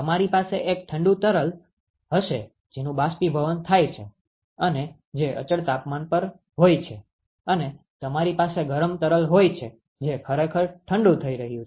તમારી પાસે એક ઠંડુ તરલ હશે જેનુ બાષ્પીભવન થાય છે અને જે અચળ તાપમાન પર હોય છે અને તમારી પાસે ગરમ તરલ હોય છે જે ખરેખર ઠંડુ થઈ રહ્યું છે